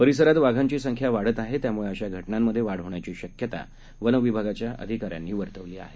परिसरात वाघांची संख्या वाढत आहेत त्यामुळे अशा घटनांमधे वाढ होण्याची शक्यता वन विभागाच्या अधिकाऱ्यांनी वर्तवली आहे